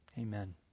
Amen